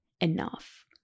enough